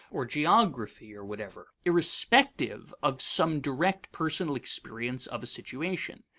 or geography, or whatever, irrespective of some direct personal experience of a situation.